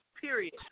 Period